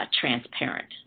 Transparent